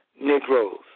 Negroes